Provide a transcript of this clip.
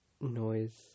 noise